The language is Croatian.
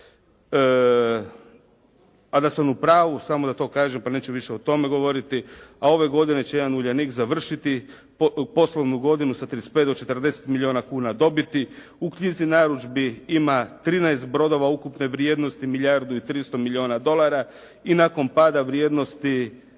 A da sam u pravu, samo da to kažem pa neću više o tome govoriti, ove godine će jedan Uljanik završiti poslovnu godinu sa 35 do 40 milijuna kuna dobiti. U knjizi narudžbi ima 13 brodova ukupne vrijednosti milijardu i 300 milijuna dolara i nakon pada vrijednosti